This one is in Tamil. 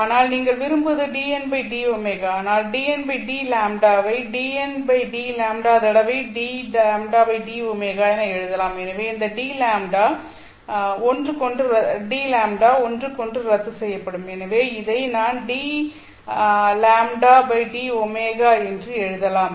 ஆனால் நீங்கள் விரும்புவது dndω ஆனால் dndλ ஐ dndλ தடவை dλdω என எழுதலாம் எனவே இந்த dλ dλ ஒன்றுக்கொன்று ரத்து செய்யப்படும் எனவே இதை நான் d λ d ω என்று எழுதலாம்